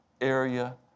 area